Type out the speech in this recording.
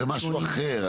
אז זה משהו אחר.